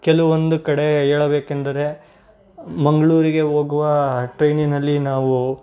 ಕೆಲವೊಂದು ಕಡೆ ಹೇಳಬೇಕೆಂದರೆ ಮಂಗಳೂರಿಗೆ ಹೋಗುವ ಟ್ರೈನಿನಲ್ಲಿ ನಾವು